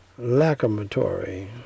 Lacrimatory